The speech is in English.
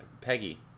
Peggy